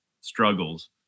struggles